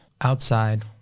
outside